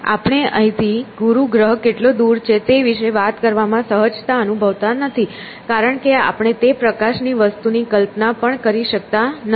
આપણે અહીંથી ગુરુ ગ્રહ કેટલો દૂર છે તે વિશે વાત કરવામાં સહજતા અનુભવતા નથી કારણ કે આપણે તે પ્રકારની વસ્તુ ની કલ્પના પણ કરી શકતા નથી